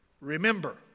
Remember